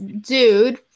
dude